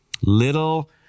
Little